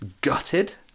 gutted